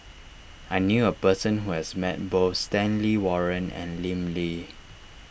I knew a person who has met both Stanley Warren and Lim Lee